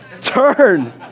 Turn